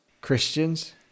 Christians